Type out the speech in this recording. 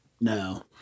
no